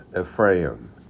Ephraim